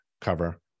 cover